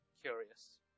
curious